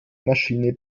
maschine